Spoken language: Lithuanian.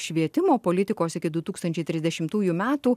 švietimo politikos iki du tūkstančiai trisdešimtųjų metų